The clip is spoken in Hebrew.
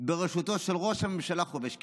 בראשותו של ראש ממשלה חובש כיפה,